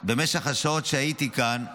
במשך השעות שהייתי כאן,